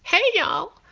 hey, y'all.